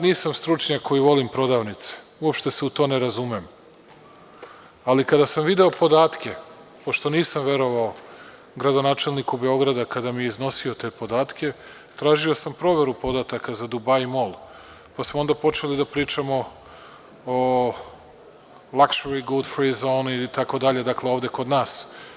Nisam stručnjak koji volim prodavnice, uopšte se u to ne razumem, ali kada sam video podatke, pošto nisam verovao gradonačelniku Beograda kada mi je iznosio te podatke, tražio sam proveru podataka za Dubaji mol, pa smo onda počeli da pričamo o lakšoj zoni itd, dakle, ovde kod nas.